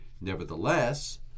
Nevertheless